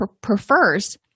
prefers